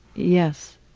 yes.